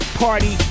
party